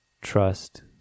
trust